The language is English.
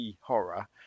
horror